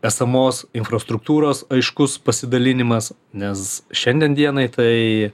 esamos infrastruktūros aiškus pasidalinimas nes šiandien dienai tai